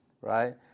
right